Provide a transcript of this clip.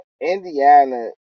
Indiana